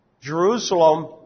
Jerusalem